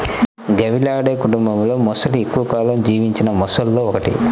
గవియాలిడే కుటుంబంలోమొసలి ఎక్కువ కాలం జీవించిన మొసళ్లలో ఒకటి